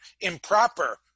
improper